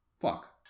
Fuck